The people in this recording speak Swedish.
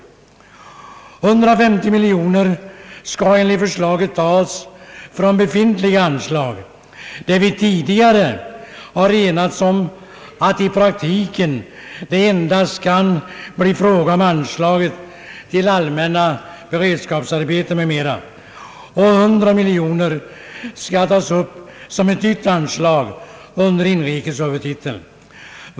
150 miljoner kronor skall enligt förslaget tas från befintliga anslag — där vi tidigare har enats om att det i praktiken endast kan bli fråga om anslaget till Allmänna beredskapsarbeten m.m. — och 100 miljoner kronor skall tas upp som ett nytt anslag under inrikeshuvudtiteln.